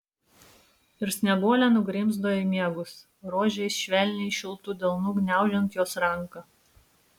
ir snieguolė nugrimzdo į miegus rožei švelniai šiltu delnu gniaužiant jos ranką